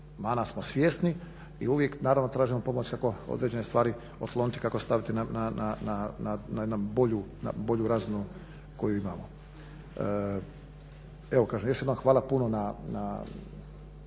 Mana smo svjesni i uvijek naravno tražimo pomoć kako određene stvari otkloniti kako staviti na jednu bolju, na bolju razinu koju imamo. Evo kažem, još jednom hvala puno na